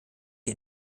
die